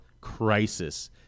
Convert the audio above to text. crisis